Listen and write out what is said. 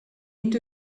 end